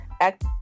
act